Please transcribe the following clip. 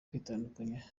kwitandukanya